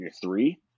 three